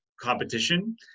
competition